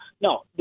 No